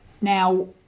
Now